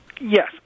Yes